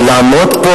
אבל לעמוד פה,